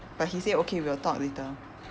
but he say okay we'll talk later